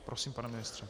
Prosím, pane ministře.